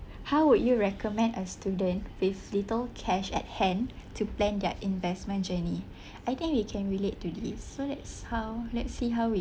how would you recommend a student with little cash at hand to plan their investment journey I think we can relate to this so that's how let's see how we